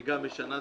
כן.